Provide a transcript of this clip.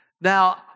Now